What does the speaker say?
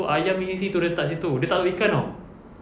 ayam punya isi itu dia letak situ dia tak taruk ikan tahu